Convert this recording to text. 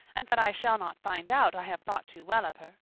and that i shall not find out i have thought too well of her.